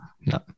no